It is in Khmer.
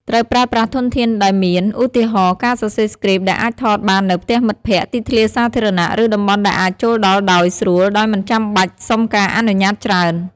ត្រូវប្រើប្រាស់ធនធានដែលមាន ឧទាហរណ៍ ការសរសេរស្គ្រីបដែលអាចថតបាននៅផ្ទះមិត្តភក្តិ ទីធ្លាសាធារណៈ ឬតំបន់ដែលអាចចូលដល់ដោយស្រួលដោយមិនចាំបាច់សុំការអនុញ្ញាតច្រើន។